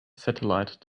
satellite